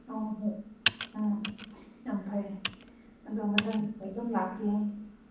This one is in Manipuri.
ꯑꯣ ꯍꯣꯏ ꯎꯝ ꯌꯥꯝ ꯐꯩ ꯑꯗꯣ ꯃꯊꯪꯗꯁꯨ ꯑꯗꯨꯝ ꯂꯥꯛꯀꯦ